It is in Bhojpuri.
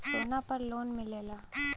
सोना पर लोन मिलेला?